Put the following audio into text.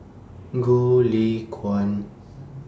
Goh Lay Kuan